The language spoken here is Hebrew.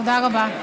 תודה רבה.